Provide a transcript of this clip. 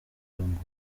ngo